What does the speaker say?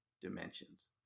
dimensions